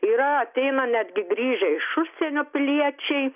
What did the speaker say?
yra ateina netgi grįžę iš užsienio piliečiai